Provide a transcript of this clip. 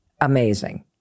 amazing